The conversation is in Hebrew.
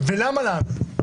ולמה להאמין.